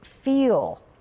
feel